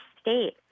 state